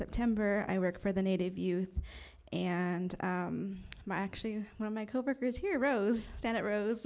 september i work for the native youth and my actually one of my coworkers heroes stand it rose